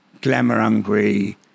glamour-hungry